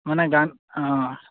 মানে গান অঁ